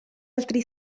altri